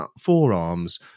forearms